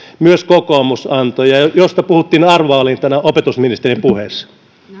myös kokoomus antoi ja josta puhuttiin arvovalintana opetusministerin puheessa